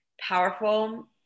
powerful